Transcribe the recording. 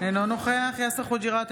אינו נוכח יאסר חוג'יראת,